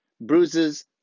Bruises